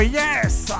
yes